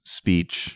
speech